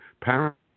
parents